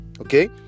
okay